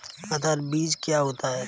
आधार बीज क्या होता है?